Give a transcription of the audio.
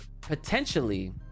potentially